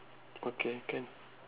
okay can